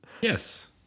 Yes